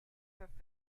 perfekt